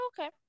Okay